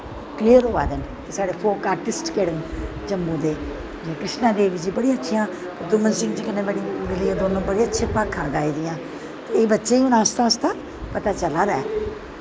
clear होआ दे न साढ़े फोक आर्टिस्ट केह्ड़े न जम्मू दे जि'यां किश्ना देवी जी बड़ियां अच्छियां म्युजिक कन्नै बड़ियां अच्छियां भाखा गाई दियां न एह् बच्चें गी हून आस्ता आस्ता पता चला दा ऐ